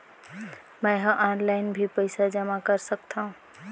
मैं ह ऑनलाइन भी पइसा जमा कर सकथौं?